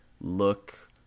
look